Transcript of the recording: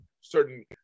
certain